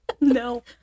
No